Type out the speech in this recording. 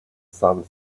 sun